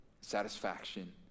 satisfaction